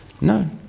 No